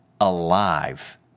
alive